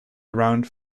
around